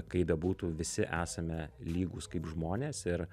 kaip bebūtų visi esame lygūs kaip žmonės ir